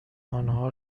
آنها